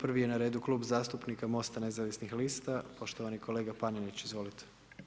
Prvi je na redu klub zastupnika Mosta nezavisnih lista, poštovani kolega Panenić, izvolite.